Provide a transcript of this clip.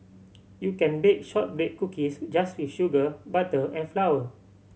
you can bake shortbread cookies just with sugar butter and flour